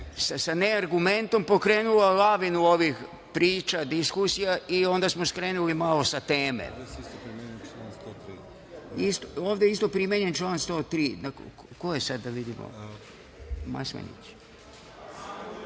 sa neargumentom pokrenula lavinu ovih priča, diskusija i onda smo skrenuli malo sa teme. Ovde je isto primenjen član 103.Povreda Poslovnika,